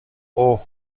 اُه